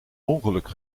ongeluk